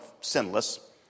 sinless